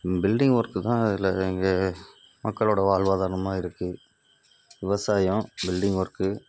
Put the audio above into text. building work தான் இதில் இங்கே மக்களோடய வாழ்வாதாரமாக இருக்குது விவசாயம் பில்டிங் ஒர்க்கு